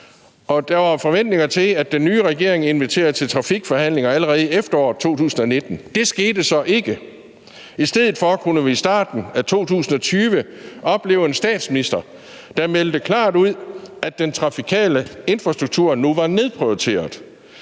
Der var forventninger til, at den nye regering inviterede til trafikforhandlinger allerede i efteråret 2019 – det skete så ikke. I stedet for kunne vi i starten af 2020 opleve en statsminister, der meldte klart ud, at den trafikale infrastruktur nu var nedprioriteret.